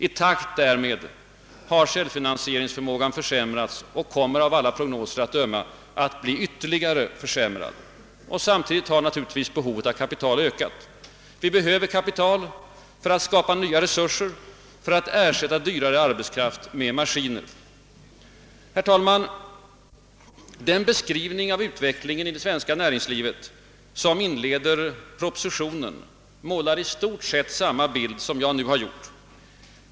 I takt därmed har självfinansieringsförmågan försämrats och kommer, av alla prognoser att döma, att bli ytterligare försämrad. Samtidigt har naturligtvis behovet av kapital ökat. Vi behöver kapital för att skapa nya resurser, för att ersätta dyrare arbetskraft med maskiner. Herr talman! Den beskrivning av utvecklingen i det svenska näringslivet, som inleder propositionen, målar i stort sett samma bild som jag nu har givit.